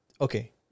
Okay